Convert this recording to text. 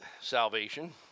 salvation